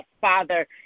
Father